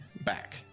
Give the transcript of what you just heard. Back